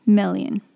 million